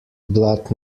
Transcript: blatt